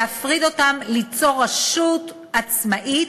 להפריד אותם, ליצור רשות עצמאית